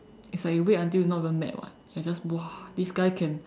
it's like you wait until not even mad [what] can just !wah! this guy can